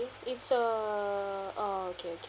it's a oh okay okay